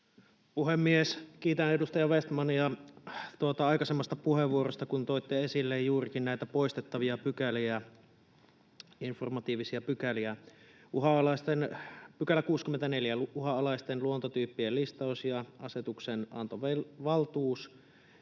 Puhemies! Kiitän edustaja Vestmania tuosta aikaisemmasta puheenvuorosta, kun toitte esille juurikin näitä poistettavia pykäliä, informatiivisia pykäliä: 64 §, uhanalaisten luontotyyppien listaus ja asetuksenantovaltuus,